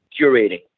curating